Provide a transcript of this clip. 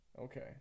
okay